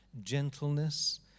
gentleness